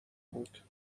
بود